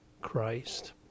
Christ